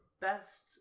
Best